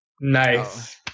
Nice